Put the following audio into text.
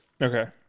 Okay